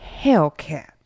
hellcat